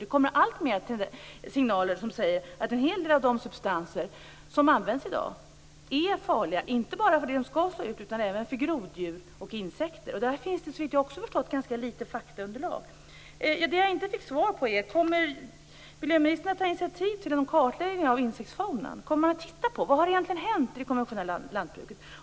Det kommer alltfler signaler om att en hel del av de substanser som används i dag är farliga, inte bara för det som de skall slå ut utan även för groddjur och insekter. Såvitt jag har förstått finns det på det området också ganska litet av faktaunderlag. Jag fick inget svar på om miljöministern kommer att ta initiativ till någon kartläggning av insektsfaunan. Kommer man att titta på vad som egentligen har hänt i det konventionella lantbruket?